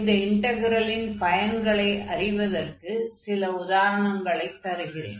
இந்த இன்டக்ரெலின் பயன்களை அறிவதற்கு சில உதாரணங்களைத் தருகிறேன்